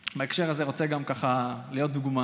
בהקשר הזה, אני רוצה גם להיות דוגמה.